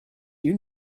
you